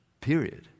period